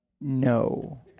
No